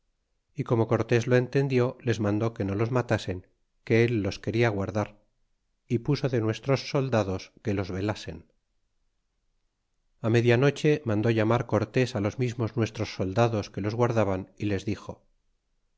y como cortés lo entendió les mandó que no los matasen que él los quería guardar y pusdde nuestros soldados que los velasen é á media noche mandó mar cortés a los mismos nuestros soldados que los guardaban y les dixo